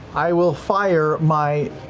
i will fire my